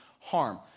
harm